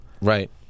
Right